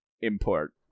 import